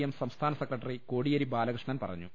M സംസ്ഥാന secretary Kodiyeri Balakrishnan പറഞ്ഞു